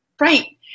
Right